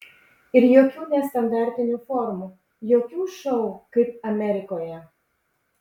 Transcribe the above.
ir jokių nestandartinių formų jokių šou kaip amerikoje